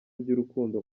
by’urukundo